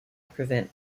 prevent